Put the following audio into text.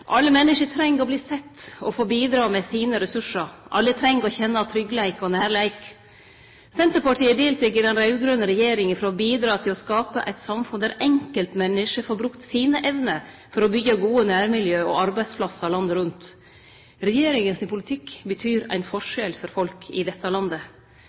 Alle menneske treng å verte sette og få bidra med sine ressursar. Alle treng å kjenne tryggleik og nærleik. Senterpartiet deltek i den raud-grøne regjeringa for å bidra til å skape eit samfunn der enkeltmenneske får brukt sine evner for å byggje gode nærmiljø og arbeidsplassar landet rundt. Regjeringa sin politikk betyr ein forskjell for folk i dette landet.